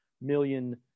million